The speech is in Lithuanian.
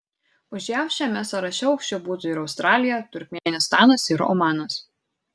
už jav šiame sąraše aukščiau būtų ir australija turkmėnistanas ir omanas